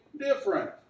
different